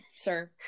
Sir